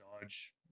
Dodge